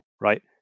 right